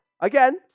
again